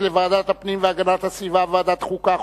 לוועדת הפנים והגנת הסביבה וועדת החוקה,